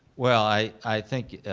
well, i i think